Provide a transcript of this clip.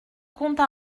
comptes